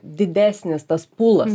didesnis tas pūlas